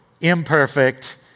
imperfect